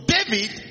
David